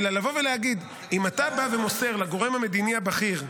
אלא לבוא ולהגיד: אם אתה בא ומוסר לגורם המדיני הבכיר,